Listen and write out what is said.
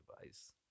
device